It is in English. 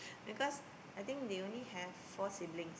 because I think they only have four siblings